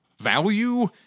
value